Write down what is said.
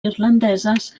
irlandeses